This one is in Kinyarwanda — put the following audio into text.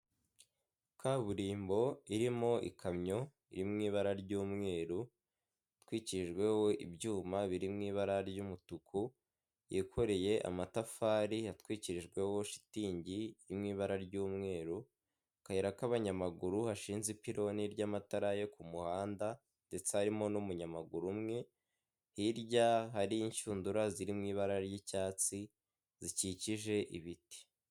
Kaburimbo irimo ikamyo, iri mu ibara ry'umweru, itwikirijweho ibyuma, biri mu ibara ry'umutuku, yikoreye amatafari, atwikirijweho shitingi, iri mu ibara ry'umweru, akayira k'abanyamaguru, hashinze ipironi ry'amatara yo ku muhanda ndetse harimo n'umunyamaguru umwe, hirya hari inshundura, ziri mu ibara ry'icyatsi, zikikije ibiti.